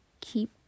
keep